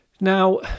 Now